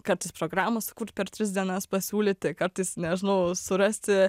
kartais programą sukurt per tris dienas pasiūlyti kartais nežinau surasti